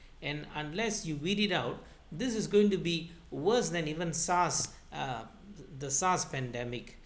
and unless you read it out this is going to be worse than even SARS uh the SARS pandemic